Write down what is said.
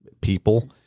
people